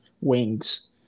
wings